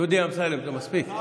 דודי אמסלם, מספיק.